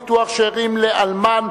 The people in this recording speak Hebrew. ביטוח שאירים לאלמן),